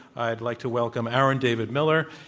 i'd like to welcome aaron david miller.